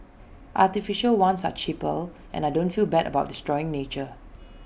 artificial ones are cheaper and I don't feel bad about destroying nature